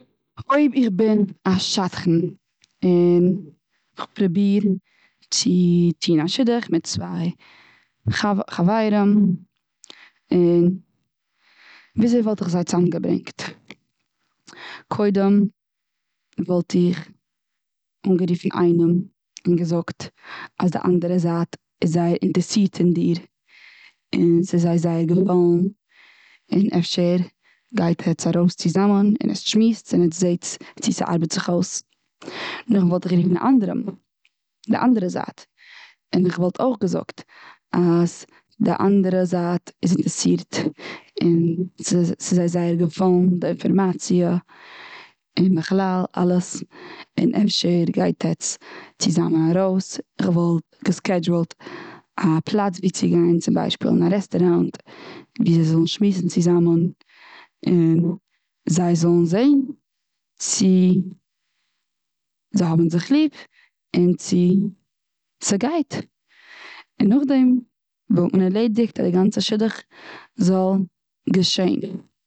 אויב איך בין א שדכן. און איך וואלט פרובירט צו טון א שידוך מיט צוויי חברים. און וויאזוי וואלט איך זיי צוזאם געברענגט? קודם וואלט איך אנגערופן איינעם און געזאגט אז די אנדערע זייט איז זייער אינטערסירט און דיר. און ס'איז זיי זייער געפאלן. און אפשר גייט עטס ארויס צוזאמען, און עטס שמועסט, און עטס זעה'טס צו ס'ארבעט זיך אויס. און נאך דעם וואלט איך גערופן די אנדערעם. די אנדערע זייט און איך וואלט אויך געזאגט אז די אנדערע זייט איז אינטערסירט. און ס'איז, ס'איז זיי זייער געפאלן די אינפערמאציע און בכלל אלעס, און אפשר גייט עטס צוזאמען ארויס. כ'וואלט געסקעדזשולט א פלאץ ווי צו גיין צום ביישפיל און א רעסטעראונט ווי זיי זאלן שמועסן צוזאמען. און זיי זאלן זעהן צו זיי האבן זיך ליב. און צו ס'גייט. און נאך דעם וואלט מען ערלעדיגט אז די גאנצע שידוך זאל געשען.